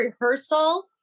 rehearsal